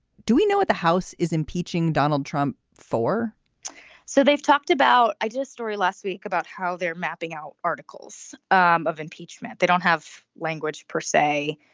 do we know what the house is impeaching donald trump for so they've talked about i just story last week about how they're mapping out articles of impeachment. they don't have language per say.